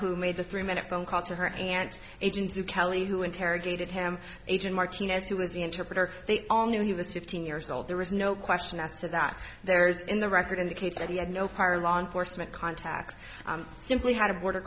who made the three minute phone call to her aunt's agent who kelly who interrogated him agent martinez who was the interpreter they all knew he was fifteen years old there is no question as to that there is in the record indicates that he had no prior law enforcement contacts simply had a border